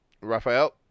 Raphael